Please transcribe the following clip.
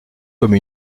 comme